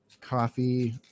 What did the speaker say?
coffee